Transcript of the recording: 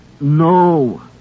No